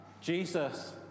Jesus